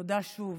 תודה, שוב,